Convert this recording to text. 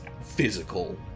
physical